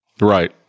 Right